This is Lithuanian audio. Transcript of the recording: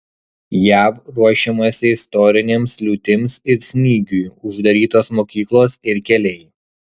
jav ruošiamasi istorinėms liūtims ir snygiui uždarytos mokyklos ir keliai